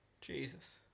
Jesus